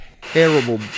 terrible